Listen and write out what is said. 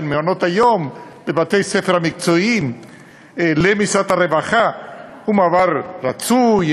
מעונות-היום ובתי-הספר המקצועיים למשרד הרווחה הוא מעבר רצוי,